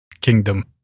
kingdom